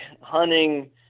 hunting